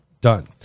Done